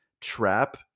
trap